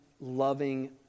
loving